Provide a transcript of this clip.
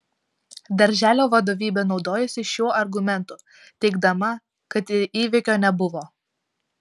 darželio vadovybė naudojosi šiuo argumentu teigdama kad ir įvykio nebuvo